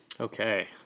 Okay